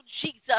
Jesus